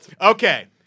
Okay